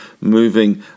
moving